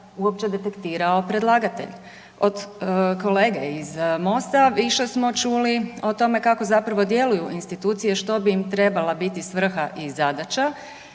uopće detektirao predlagatelj. Od kolege iz Mosta više smo čuli o tome kako zapravo djeluju institucije što bi im trebala biti svrha i zadaća,